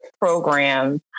program